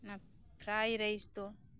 ᱚᱱᱟ fried rice ᱫᱚ